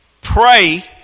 pray